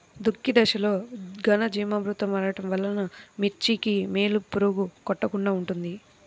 దుక్కి దశలో ఘనజీవామృతం వాడటం వలన మిర్చికి వేలు పురుగు కొట్టకుండా ఉంటుంది?